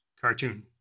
cartoon